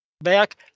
back